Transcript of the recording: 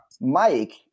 Mike